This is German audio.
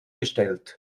gestellt